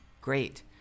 Great